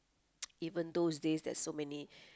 even those days there's so many